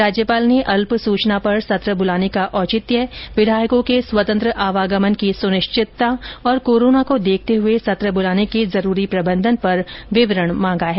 राज्यपाल ने अल्प सूचना पर सत्र बुलाने का औचित्य विधायकों के स्वतंत्र आवागमन की सूनिश्चितता और कोरोना को देखते हुए सत्र बुलाने के जरूरी प्रबंधन पर विवरण मांगा है